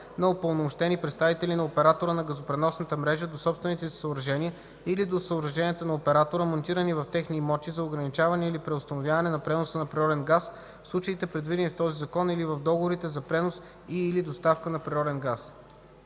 на упълномощени представители на оператора на газопреносната мрежа до собствените си съоръжения или до съоръженията на оператора, монтирани в техни имоти, за ограничаване или преустановяване на преноса на природен газ, в случаите, предвидени в този закон или в договорите за пренос и/или доставка на природен газ.”